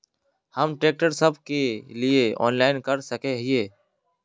हम ट्रैक्टर सब के लिए ऑनलाइन कर सके हिये?